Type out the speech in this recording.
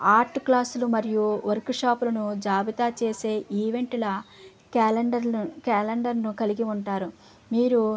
art క్లాసులు మరియు వర్క్షాపులను జాబితా చేసే ఈవెంట్ల క్యాలెండర్లను క్యాలెండర్ను కలిగి ఉంటారు మీరు